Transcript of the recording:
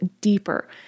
deeper